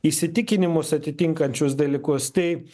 įsitikinimus atitinkančius dalykus tai